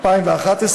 2011,